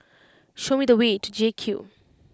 show me the way to J Cube